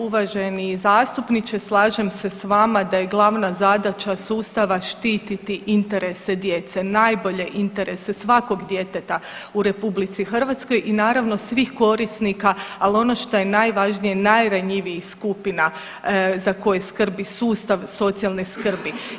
Uvaženi zastupniče, slažem se s vama da je glavna zadaća sustava štititi interese djece, najbolje interese svakog djeteta u RH i naravno svih korisnika, ali ono što je najvažnije najranjivijih skupina za koje skrbi sustav socijalne skrbi.